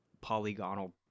polygonal